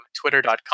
twitter.com